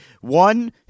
One